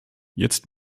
jetzt